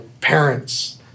parents